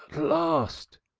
last!